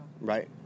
Right